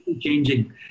changing